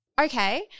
Okay